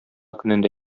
көнендә